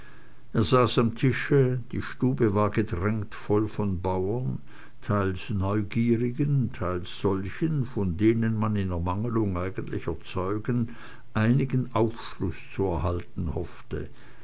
er saß am tische die stube war gedrängt voll von bauern teils neugierigen teils solchen von denen man in ermangelung eigentlicher zeugen einigen aufschluß zu erhalten hoffte